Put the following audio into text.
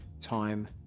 time